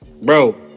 Bro